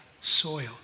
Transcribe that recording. soil